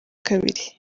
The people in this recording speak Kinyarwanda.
kabiri